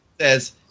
says